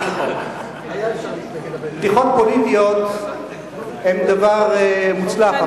בדיחות פוליטיות הן דבר מוצלח,